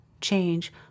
change